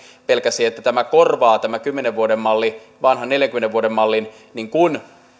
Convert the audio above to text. pelkäsi että tämä kymmenen vuoden malli korvaa vanhan neljänkymmenen vuoden mallin kun